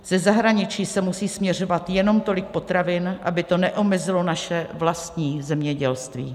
Ze zahraničí sem musí směřovat jenom tolik potravin, aby to neomezilo naše vlastní zemědělství.